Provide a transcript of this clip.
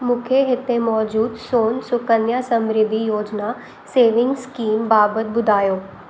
मूंखे हिते मौजूदु सोन सुकन्या समृद्धि योजना सेविंग्स स्कीम बाबति ॿुधायो